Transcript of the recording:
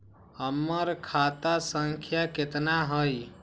हमर खाता संख्या केतना हई?